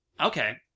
Okay